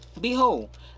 Behold